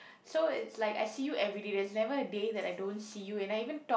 so it's like I see you everyday there's never a day that I don't see you and I even talk